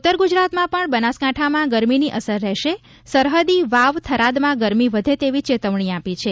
ઉત્તર ગુજરાતમાં પણ બનાસકાંઠામાં ગરમીની અસર રહેશે સરહદી વાવ થરાદમાં ગરમી વધે તેવી ચેતવણી આપી છે